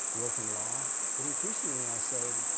work in law but increasingly i say,